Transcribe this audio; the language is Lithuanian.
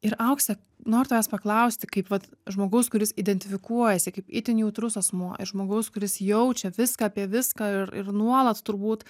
ir aukse noriu tavęs paklausti kaip vat žmogaus kuris identifikuojasi kaip itin jautrus asmuo ir žmogaus kuris jaučia viską apie viską ir ir nuolat turbūt